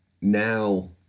now